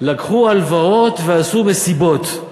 לקחו הלוואות ועשו מסיבות.